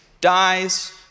dies